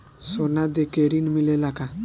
सोना देके ऋण मिलेला का?